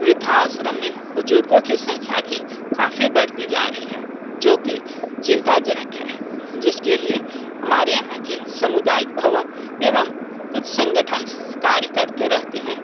वृद्धाश्रम में बुजुर्गों की संख्या भी काफ़ी बढ़ती जा रही है जो की चिंताजनक है जिसके लिए हमारे यहाँ के सामुदायिक भवन एवं कुछ संगठन कार्य करते रहते हैं